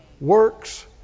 works